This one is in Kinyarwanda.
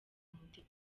umutima